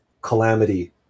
calamity